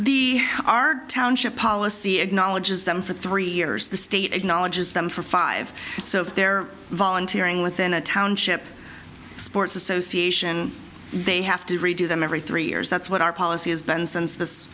are township policy acknowledges them for three years the state acknowledges them for five so if they're volunteering within a township sports association they have to redo them every three years that's what our policy has been since this